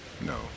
no